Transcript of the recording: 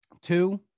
Two